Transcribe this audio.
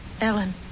Ellen